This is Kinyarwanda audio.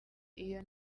iyo